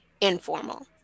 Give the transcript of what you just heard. informal